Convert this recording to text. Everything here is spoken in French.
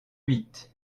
huit